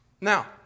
Now